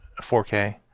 4K